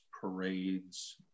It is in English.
parades